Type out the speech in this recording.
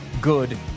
good